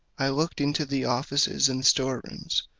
i looked into the offices and store-rooms,